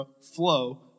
flow